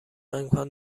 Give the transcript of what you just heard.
امکان